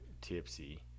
tipsy